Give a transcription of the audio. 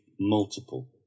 multiple